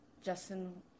Justin